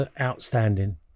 outstanding